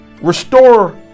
restore